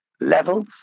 levels